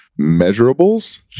measurables